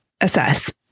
assess